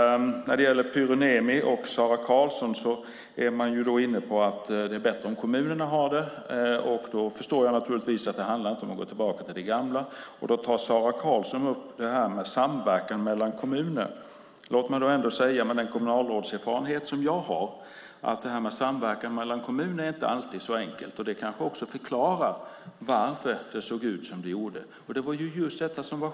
Pyry Niemi och Sara Karlsson är inne på att det är bättre om kommunerna har hand om detta. Jag förstår att det inte handlar om att gå tillbaka till det gamla. Sara Karlsson tar upp frågan om samverkan mellan kommunerna. Låt mig säga, med den kommunalrådserfarenhet som jag har, att samverkan mellan kommuner inte alltid är så enkelt. Det kanske förklarar varför det såg ut som det gjorde.